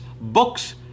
books